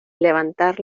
levantar